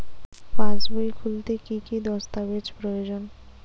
পাসবই খুলতে কি কি দস্তাবেজ প্রয়োজন?